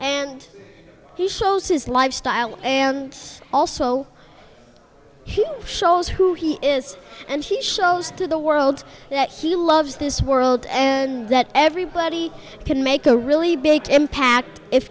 and he shows his lifestyle and also he shows who he is and he shows to the world that he loves this world and that everybody can make a really big impact if